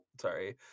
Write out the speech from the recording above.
sorry